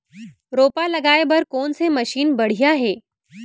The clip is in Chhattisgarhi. रोपा लगाए बर कोन से मशीन बढ़िया हे?